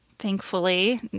thankfully